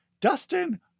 Dustin